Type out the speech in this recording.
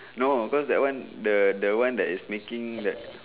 no because that one the that one that is making that